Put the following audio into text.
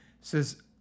says